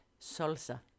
Salsa